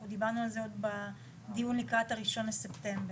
אנחנו דיברנו על זה עוד בדיון לקראת ה-1 בספטמבר.